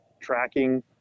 tracking